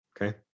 Okay